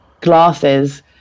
glasses